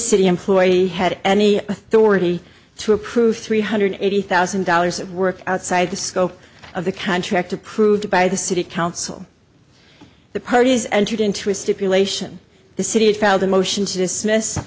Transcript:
city employee had any authority to approve three hundred eighty thousand dollars of work outside the scope of the contract approved by the city council the parties entered into a stipulation the city had filed a motion to dismiss